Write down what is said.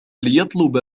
ليطلب